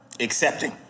Accepting